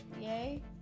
Yay